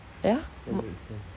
ya